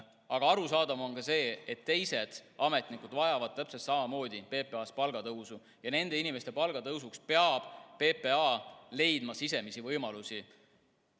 Aga arusaadav on ka see, et teised ametnikud vajavad täpselt samamoodi PPA‑s palgatõusu. Nende inimeste palga tõusuks peab PPA leidma sisemisi võimalusi,